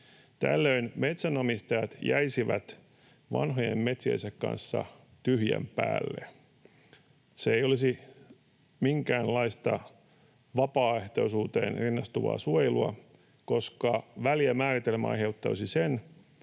Tällöin metsänomistajat jäisivät vanhojen metsiensä kanssa tyhjän päälle. Se ei olisi minkäänlaista vapaaehtoisuuteen rinnastuvaa suojelua, koska väljä määritelmä aiheuttaisi sen,